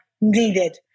needed